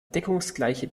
deckungsgleiche